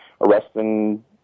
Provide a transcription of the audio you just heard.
arresting